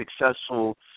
successful